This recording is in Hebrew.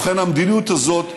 ובכן, המדיניות הזאת בכללותה,